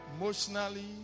emotionally